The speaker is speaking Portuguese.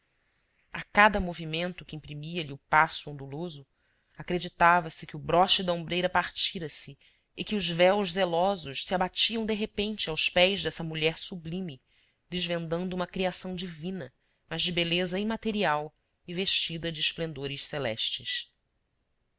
a cada movimento que imprimia lhe o passo onduloso acreditava se que o broche da ombreira partira se e que os véus zelosos se abatiam de repente aos pés dessa mulher sublime desvendando uma criação divina mas de beleza imaterial e vestida de esplendores ce lestes